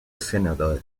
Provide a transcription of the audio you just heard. senador